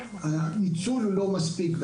הניצול לא מספיק,